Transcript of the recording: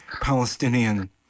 Palestinian